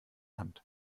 hand